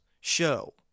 show